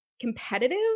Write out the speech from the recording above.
competitive